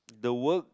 the work